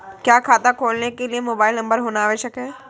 क्या खाता खोलने के लिए मोबाइल नंबर होना आवश्यक है?